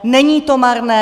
Není to marné.